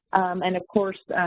and of course,